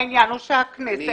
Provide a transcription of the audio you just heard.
העניין הוא שהכנסת,